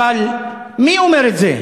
אבל מי אומר את זה?